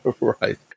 Right